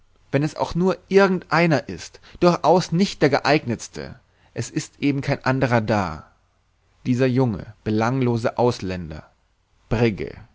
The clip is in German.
wenn es auch nur irgend einer ist durchaus nicht der geeignetste es ist eben kein anderer da dieser junge belanglose ausländer brigge